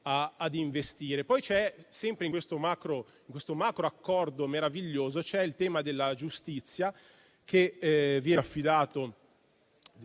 ad investire. Sempre in questo macro accordo meraviglioso, c'è poi il tema della giustizia, che viene affidato, di